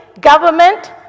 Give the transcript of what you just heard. government